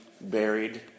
buried